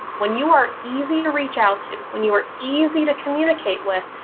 when you are easy to reach out to, when you were easy to communicate with,